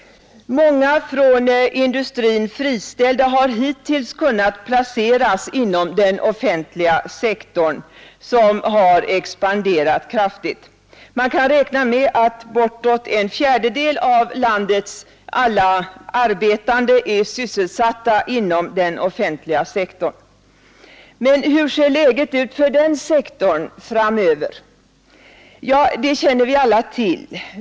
Många från industrin friställda har hitills kunnat placerats inom den offentliga sektorn, som har expanderat kraftigt. Man kan räkna med att bortåt en fjärdedel av landets alla arbetande är sysselsatta inom den offentliga sektorn. Men hur ser läget ut för den sektorn framöver? Ja, det känner vi alla till.